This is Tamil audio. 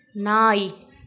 நாய்